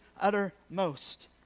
uttermost